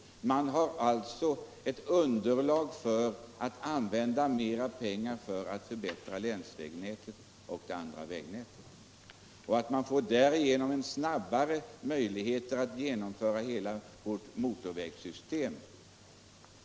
Det finns alltså större underlag för att använda pengar till förbättring av länsvägnätet och det övriga vägnätet. Därigenom får man också snabbare en möjlighet att genomföra hela vårt motorvägssystem.